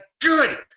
good